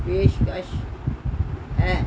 ਪੇਸ਼ਕਸ਼ ਹੈ